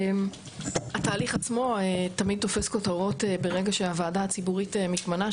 התהליך עצמו תמיד תופס כותרות ברגע שהוועדה הציבורית מתמנה,